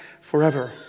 forever